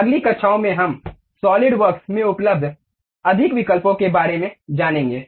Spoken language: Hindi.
अगली कक्षाओं में हम सॉलिडवर्क्स में उपलब्ध अधिक विकल्पों के बारे में जानेंगे